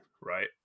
right